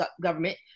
government